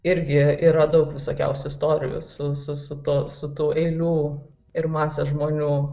irgi yra daug visokiausių istorijų su su su tu su tų eilių ir masės žmonių